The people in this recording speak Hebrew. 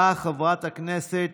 באה חברת הכנסת